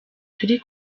turi